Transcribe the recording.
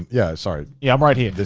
yeah, sorry. yeah i'm right here. this